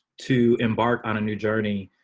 to embark on a new journey,